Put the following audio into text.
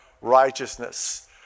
righteousness